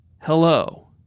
hello